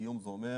קיום זה אומר